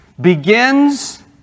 begins